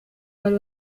bari